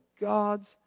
God's